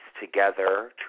together